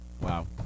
Wow